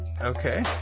Okay